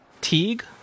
Teague